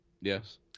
Yes